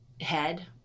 head